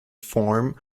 form